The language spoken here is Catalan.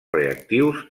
reactius